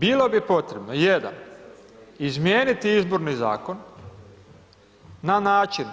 Bilo bi potrebno, jedan, izmijeniti izborni zakon na način